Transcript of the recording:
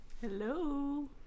hello